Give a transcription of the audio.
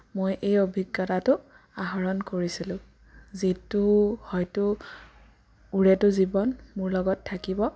মই এই অভিজ্ঞতাটো আহৰণ কৰিছিলোঁ যিটো হয়তো ওৰেটো জীৱন মোৰ লগত থাকিব